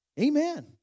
Amen